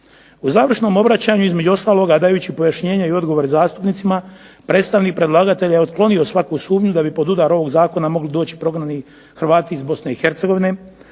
U završnom obraćanju između ostaloga dajući odgovore i pojašnjenja zastupnicima predstavnik predlagatelja je otklonio svaku sumnju da bi pod udar ovog zakona mogli doći prognani Hrvati iz Bosne i Hercegovine,